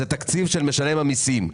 זה תקציב של משלם המיסים.